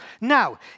Now